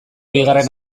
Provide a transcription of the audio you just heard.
bigarren